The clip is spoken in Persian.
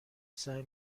سعی